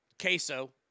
queso